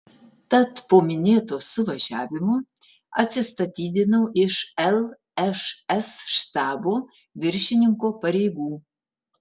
tad po minėto suvažiavimo atsistatydinau iš lšs štabo viršininko pareigų